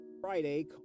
Friday